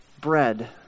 bread